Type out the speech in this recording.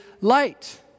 light